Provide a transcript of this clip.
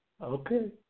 Okay